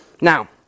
Now